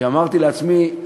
כי אמרתי לעצמי: